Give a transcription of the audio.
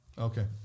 Okay